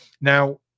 Now